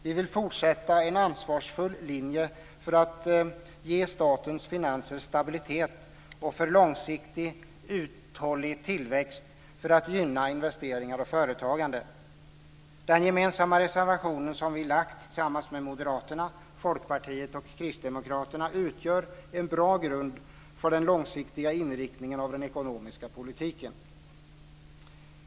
Vi vill fortsätta en ansvarsfull linje för att ge statens finanser stabilitet och för en långsiktigt uthållig tillväxt för att gynna investeringar och företagande. Den gemensamma reservation som vi lagt tillsammans med Moderaterna, Folkpartiet och Kristdemokraterna utgör en bra grund för den långsiktiga inriktningen av den ekonomiska politiken.